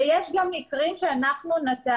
ויש גם מקרים - שוב,